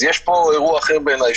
יש פה אירוע אחר בעיניי,